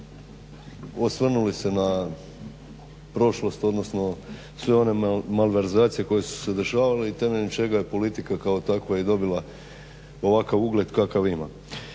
osvrnuli se na prošlost, odnosno sve one malverzacije koje su se dešavale i temeljem čega je politika kao takva i dobila ovakav ugleda kakav ima.